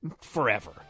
forever